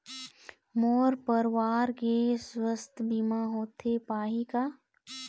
मोर परवार के सुवास्थ बीमा होथे पाही का?